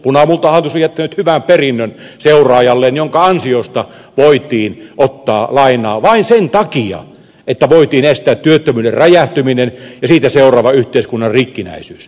punamultahallitus on jättänyt hyvän perinnön seuraajalleen minkä ansiosta voitiin ottaa lainaa vain sen takia että voitiin estää työttömyyden räjähtäminen ja siitä seuraava yhteiskunnan rikkinäisyys